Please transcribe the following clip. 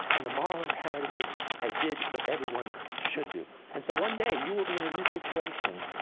and the moral imperative is i did what everyone should do. and so one day, you will be in a new situation.